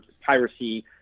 piracy